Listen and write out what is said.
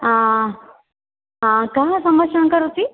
कः सम्भाषणं करोति